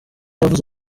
yavuze